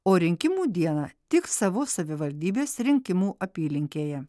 o rinkimų dieną tik savo savivaldybės rinkimų apylinkėje